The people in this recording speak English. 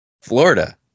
florida